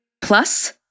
plus